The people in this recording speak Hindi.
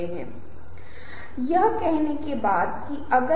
अब ऐसी स्थितियों में आप पाते हैं कि आप देख रहे हैं कि पहुँच एक महत्वपूर्ण घटक है